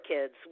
kids